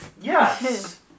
Yes